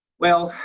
well,